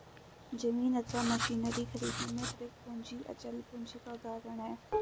जमीन अथवा मशीनरी खरीदने में प्रयुक्त पूंजी अचल पूंजी का उदाहरण है